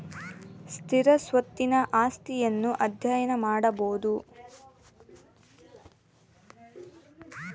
ಸ್ಥಿರ ಸ್ವತ್ತಿನ ಆಸ್ತಿಯನ್ನು ಅಧ್ಯಯನ ಮಾಡಬೊದು